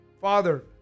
father